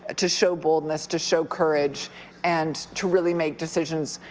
ah to show boldness, to show courage and to really make decisions